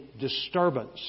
disturbance